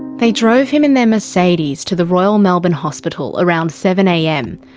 they drove him in their mercedes to the royal melbourne hospital around seven am,